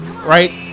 Right